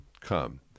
come